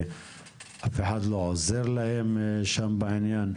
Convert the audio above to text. שאף אחד לא עוזר להם שם בעניין.